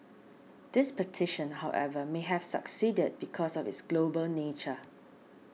this petition however may have succeeded because of its global nature